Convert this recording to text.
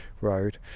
road